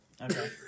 okay